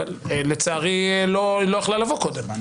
אבל לצערי היא לא יכלה לבוא קודם.